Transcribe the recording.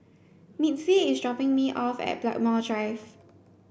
Mitzi is dropping me off at Blackmore Drive